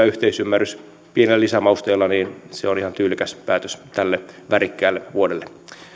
yhteisymmärrys pienellä lisämausteella on ihan tyylikäs päätös tälle värikkäälle vuodelle